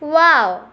wow